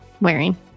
wearing